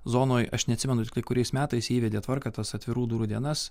zonoj aš neatsimenu tiktai kuriais metais įvedė tvarką tas atvirų durų dienas